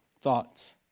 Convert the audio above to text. thoughts